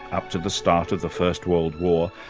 up to the start of the first world war,